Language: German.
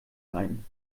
ein